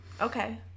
Okay